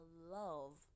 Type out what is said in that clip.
love